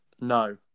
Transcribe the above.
No